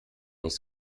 nicht